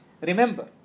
remember